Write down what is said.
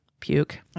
puke